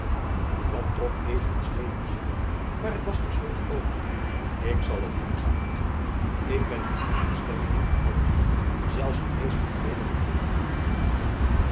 buat trok even een scheef gezicht maar t was terstond over ik zal het doen zeide hy ik ben nu in een stemming om alles zelfs de meest verveelende dingen te doen